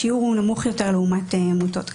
השיעור הוא נמוך יותר לעומת עמותות כרגע.